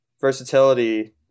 versatility